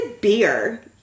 beer